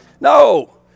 No